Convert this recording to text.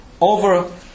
over